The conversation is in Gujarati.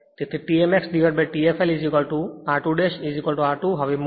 તેથી T maxT fl હવે r2 r 2 મૂકો